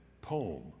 poem